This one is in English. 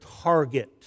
target